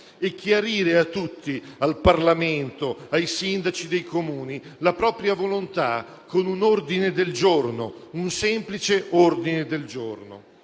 e chiarire a tutti, al Parlamento e ai sindaci dei Comuni, quale fosse la propria volontà con un ordine del giorno, un semplice ordine del giorno.